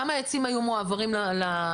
כמה עצים היו מועברים למפחמות?